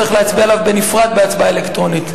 צריך להצביע עליו בנפרד בהצבעה אלקטרונית.